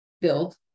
build